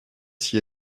s’y